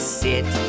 sit